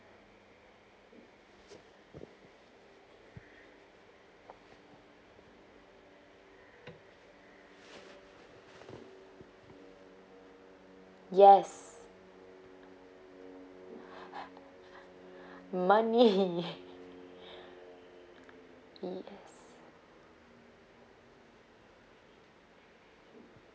yes money yes